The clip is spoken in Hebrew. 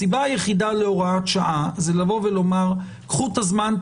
הסיבה היחידה להוראת שעה זה לבוא ולומר: קחו את הזמן,